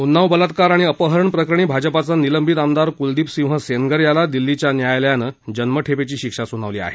उन्नाव बलात्कार आणि अपहरणप्रकरणी भाजपाचा निलंबित आमदार कुलदीप सिंह सेंगर याला दिल्लीच्या न्यायालयानं जन्मठेपेची शिक्षा सुनावली आहे